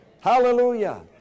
Hallelujah